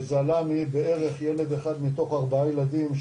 זה עלה מבערך ילד אחד מתוך ארבעה ילדים,